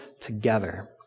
together